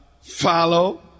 follow